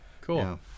cool